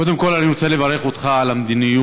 קודם כול, אני רוצה לברך אותך על המדיניות